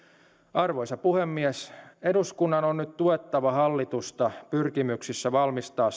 arvoisa puhemies eduskunnan on nyt tuettava hallitusta pyrkimyksissä valmistaa